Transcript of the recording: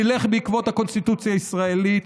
נלך בעקבות הקונסטיטוציה הישראלית.